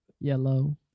Yellow